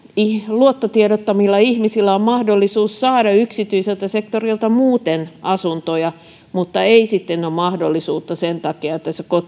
luottotiedottomilla ihmisillä on mahdollisuus saada yksityiseltä sektorilta muuten asuntoja mutta ei sitten ole mahdollisuutta sen takia että se